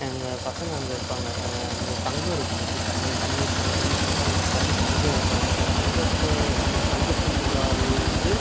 எங்கள் பசங்கள் அங்கே இருப்பாங்க எங்கள் அங்கே ஒரு சங்கம் இருக்கு எங்களுக்கு தனியாக தண்ணீர் சங்கமுன்னு சொல்லிட்டு தண்ணி சங்கம் இருக்கு அந்த சங்கத்தை சங்கத்தில் உள்ளவர்கள் வந்து